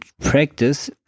practice